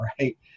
right